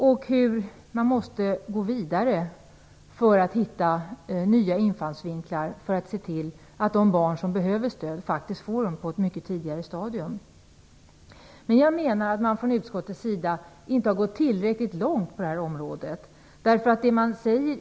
Dessutom måste man gå vidare för att hitta nya infallsvinklar för att se till att barn som behöver stöd faktiskt får det, och på ett mycket tidigare stadium. Jag menar dock att utskottet inte har gått tillräckligt långt på det här området.